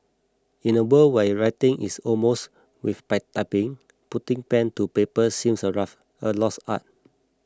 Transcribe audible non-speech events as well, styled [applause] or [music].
in a world where writing is almost with [unintelligible] typing putting pen to paper seems a rough a lost art